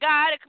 God